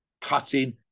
cutting